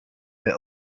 est